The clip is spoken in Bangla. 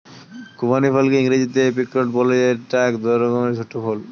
খুবানি ফলকে ইংরেজিতে এপ্রিকট বলে যেটা এক রকমের ছোট্ট ফল